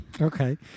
Okay